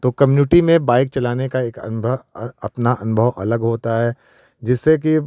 तो कम्यूनिटी में बाइक चलाने का एक अपना अनुभव अलग होता है जिससे कि